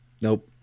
Nope